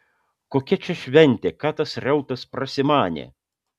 kokia čia šventė ką tas reutas prasimanė